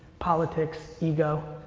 politics, ego.